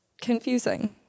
confusing